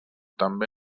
també